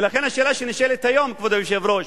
ולכן, השאלה שנשאלת היום, כבוד היושב-ראש,